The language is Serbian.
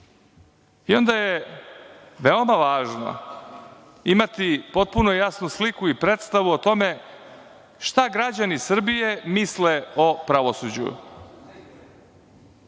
Onda je veoma važno imati potpuno jasnu sliku i predstavu o tome šta građani Srbije misle o pravosuđu. Svetska